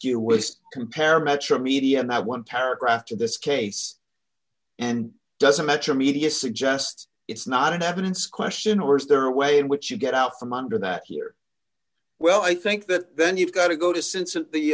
to compare metromedia my one paragraph to this case and doesn't metromedia suggest it's not an evidence question or is there a way in which you get out from under that here well i think that you've got to go to since in the